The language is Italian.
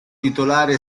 titolare